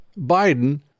Biden